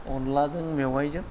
अनलाजों मेवाइजों